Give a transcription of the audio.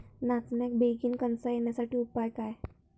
नाचण्याक बेगीन कणसा येण्यासाठी उपाय काय?